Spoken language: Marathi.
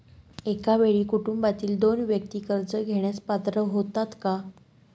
एका वेळी कुटुंबातील दोन व्यक्ती कर्ज घेण्यास पात्र होतात का?